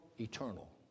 Eternal